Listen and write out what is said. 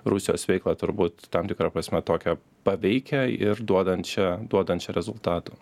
rusijos veiklą turbūt tam tikra prasme tokią paveikią ir duodančią duodančią rezultatų